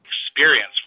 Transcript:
experience